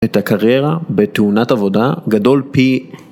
את הקריירה בתאונת עבודה גדול פי